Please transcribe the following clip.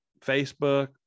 facebook